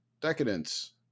Decadence